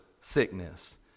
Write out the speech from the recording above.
sickness